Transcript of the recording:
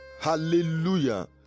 hallelujah